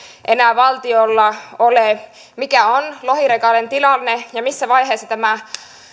enää valtiolla ole mikä on lohiregalen tilanne ja missä vaiheessa tämä